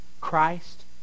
Christ